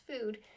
food